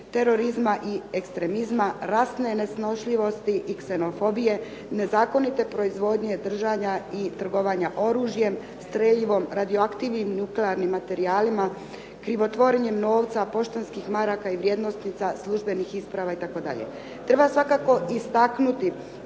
terorizma i ekstremizma, rasne nesnošljivosti i ksenofobije, nezakonite proizvodnje, držanja i trgovanja oružjem, streljivom, radioaktivnim nuklearnim materijalima, krivotvorenjem novca, poštanskih maraka i vrijednosnica, službenih isprava itd. Treba svakako istaknuti